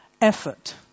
effort